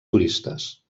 turistes